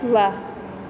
વાહ